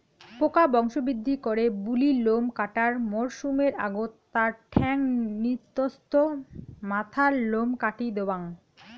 পোকা বংশবৃদ্ধি করে বুলি লোম কাটার মরসুমের আগত তার ঠ্যাঙ, নিতম্ব, মাথার লোম কাটি দ্যাওয়াং